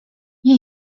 nie